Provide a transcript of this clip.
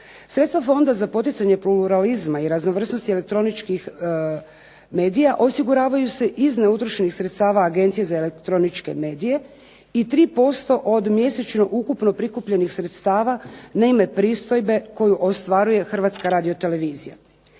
Sredstva Fonda za poticanje pluralizma i raznovrsnosti elektroničkih medija osiguravaju se iz neutrošenih sredstava Agencije za elektroničke medije i 3% od mjesečno ukupno prikupljenih sredstava na ime pristojbe koju ostvaruje Hrvatska radio-televizija.